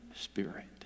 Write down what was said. spirit